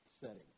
setting